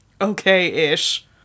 okay-ish